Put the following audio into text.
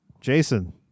Jason